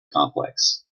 complex